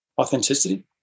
authenticity